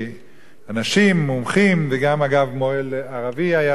אנשים, מומחים, וגם, אגב, מוהל ערבי היה שם,